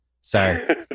Sorry